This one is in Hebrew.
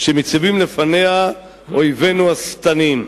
שמציבים לפניה אויבינו השטניים.